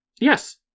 Yes